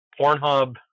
Pornhub